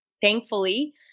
thankfully